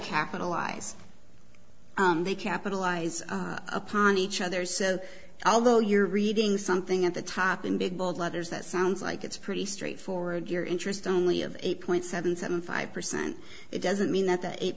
capitalize they capitalize upon each other so although you're reading something at the top in big bold letters that sounds like it's pretty straightforward your interest only of eight point seven seven five percent it doesn't mean that the eight